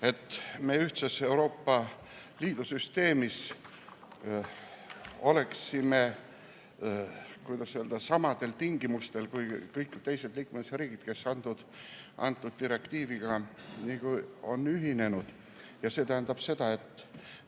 et me ühtses Euroopa Liidu süsteemis oleksime samadel tingimustel kui kõik teised liikmesriigid, kes on antud direktiiviga ühinenud. See tähendab seda, et